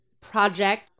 project